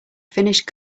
finished